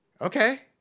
okay